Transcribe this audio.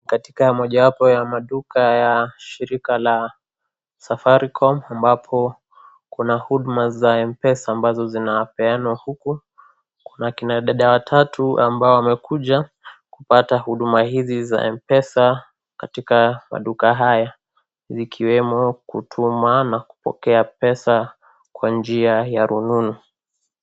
Katika mojawapo ya maduka ya shirika la safaricom ambapo Kuna huduma za mpesa ambazo zinapeanwa huku, Kuna kina wanadada watatu ambao wamekuja kupata huduma hizi za mpesa katika maduka haya, zikiwemo kutuma na kupokea pesa kwa njia ya rununu